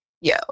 yo